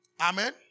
Amen